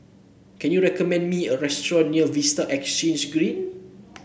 can you recommend me a restaurant near Vista Exhange Green